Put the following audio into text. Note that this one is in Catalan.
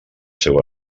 seu